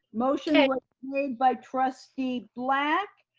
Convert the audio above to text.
motion and made by trustee black,